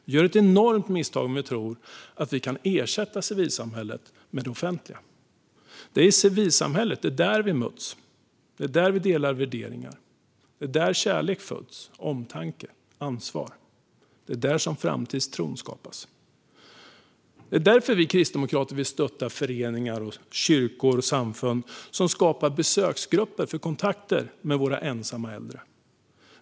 Vi gör ett enormt misstag om vi tror att vi kan ersätta civilsamhället med det offentliga. Det är i civilsamhället vi möts. Det är där vi delar värderingar. Det är där kärlek, omtanke och ansvar föds. Det är där framtidstron skapas. Det är därför vi kristdemokrater vill stötta föreningar, kyrkor och samfund som skapar besöksgrupper för kontakter med våra ensamma äldre.